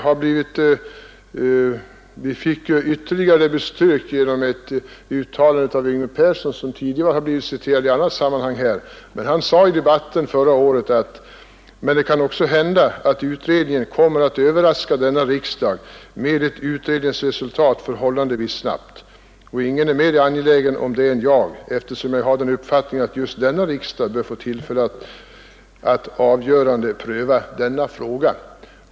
Herr Yngve Persson, som blivit citerad tidigare i annat sammanhang, sade i debatten förra året att det kan hända att utredningen kommer att överraska denna riksdag med ett utredningsresultat förhållandevis snabbt. Ingen är mera angelägen om det än jag, eftersom jag har uppfattningen att just denna riksdag bör få tillfälle att avgörande pröva frågan.